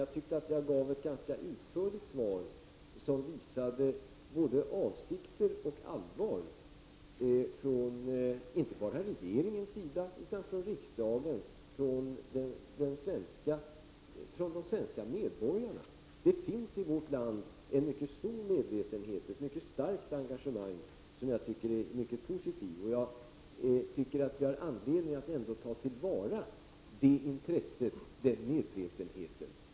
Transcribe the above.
Jag tyckte att jag gav ett ganska utförligt svar, som visade både avsikter och allvar, inte bara från regeringens sida, utan även från riksdagen och de svenska medborgarna. Det finns i vårt land en mycket stor medvetenhet, ett mycket starkt engagemang, som jag tycker är mycket positivt. Jag tycker att vi har anledning att ta till vara det intresset och den medvetenheten.